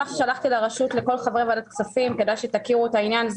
לרשות ולכל חברי ועדת הכספים וכדאי שתכירו את העניין.